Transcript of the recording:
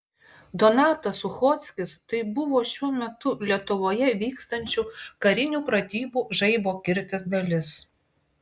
donatas suchockis tai buvo šiuo metu lietuvoje vykstančių karinių pratybų žaibo kirtis dalis